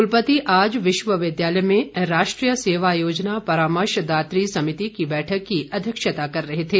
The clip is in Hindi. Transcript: कुलपति आज विश्वविद्यालय में राष्ट्रीय सेवा योजना परामर्श दात्री समिति की बैठक की अध्यक्षता कर रहे थे